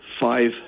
five